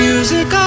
Music